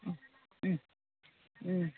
उम उम उम